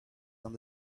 and